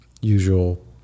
usual